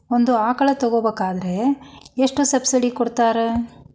ಒಂದು ಆಕಳ ತಗೋಬೇಕಾದ್ರೆ ಎಷ್ಟು ಸಬ್ಸಿಡಿ ಕೊಡ್ತಾರ್?